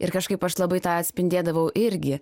ir kažkaip aš labai tą atspindėdavau irgi